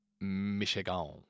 Michigan